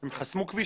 הם חסמו כבישים.